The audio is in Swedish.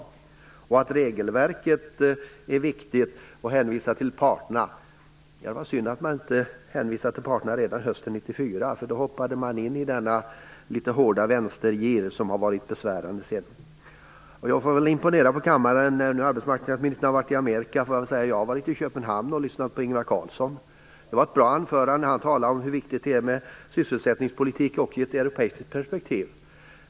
Han säger att regelverket är viktigt och hänvisar till parterna. Det var synd att man inte hänvisade till parterna redan hösten 1994. Det var då man hoppade in i den litet hårda vänstergir som sedan har varit besvärande. Jag får väl imponera på kammaren. Arbetsmarknadsministern har varit i Amerika. Jag har varit i Köpenhamn och lyssnat på Ingvar Carlsson. Det var ett bra anförande. Han talade om hur viktigt det är med sysselsättningspolitik också i ett europeiskt perspektiv.